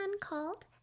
called